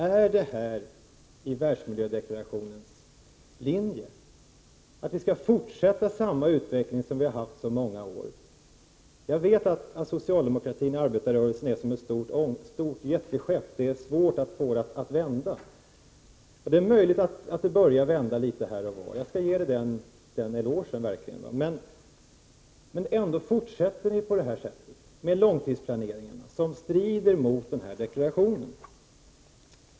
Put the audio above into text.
Är det i världsmiljödeklarationens linje att den utveckling som har pågått i så många år skall fortsätta? Jag vet att socialdemokratin och arbetarrörelsen är som ett jätteskepp, som det är svårt att vända. Det är möjligt att det nu börjar vända litet här och var — jag skall ge er en eloge för det — men ni fortsätter ändå med långtidsplaneringarna, som strider mot denna deklaration.